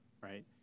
Right